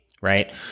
right